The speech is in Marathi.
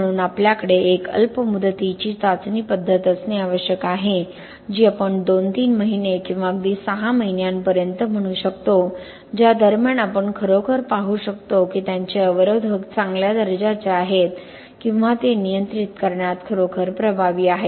म्हणून आपल्याकडे एक अल्प मुदतीची चाचणी पद्धत असणे आवश्यक आहे जी आपण 2 3 महिने किंवा अगदी 6 महिन्यांपर्यंत म्हणू शकतो ज्या दरम्यान आपण खरोखर पाहू शकतो की त्यांचे अवरोधक चांगल्या दर्जाचे आहेत किंवा ते नियंत्रित करण्यात खरोखर प्रभावी आहेत